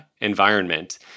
environment